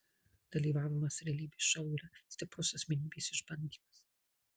dalyvavimas realybės šou yra stiprus asmenybės išbandymas